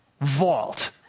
vault